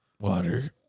water